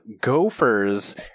gophers